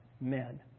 men